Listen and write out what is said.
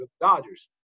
Dodgers